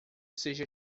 seja